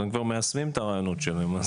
הם כבר מיישמים את הרעיונות שלהם.